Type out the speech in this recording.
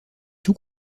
tout